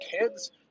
kids